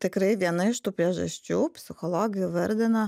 tikrai viena iš tų priežasčių psichologai įvardina